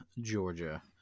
Georgia